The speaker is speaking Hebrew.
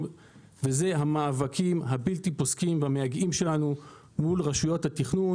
ואלה המאבקים הבלתי פוסקים והמייגעים שלנו מול רשויות התכנון